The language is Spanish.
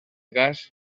gas